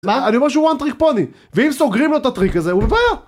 מה? אני אומר שהוא וואן טריק פוני ואם סוגרים לו את הטריק הזה הוא בבעיה